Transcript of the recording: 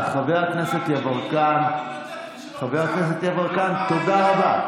חבר הכנסת יברקן, תודה רבה.